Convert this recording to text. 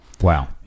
Wow